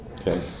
Okay